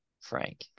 Frank